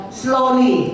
slowly